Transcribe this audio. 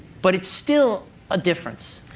but it's still a difference.